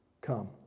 Come